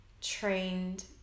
trained